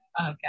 okay